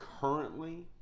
currently